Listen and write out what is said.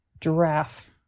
Giraffe